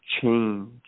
change